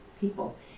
people